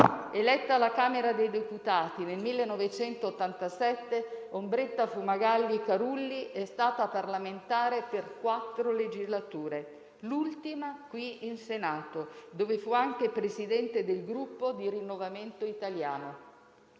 Eletta alla Camera dei deputati nel 1987, Ombretta Fumagalli Carulli è stata parlamentare per quattro legislature, l'ultima qui in Senato, dove fu anche presidente del Gruppo Rinnovamento Italiano.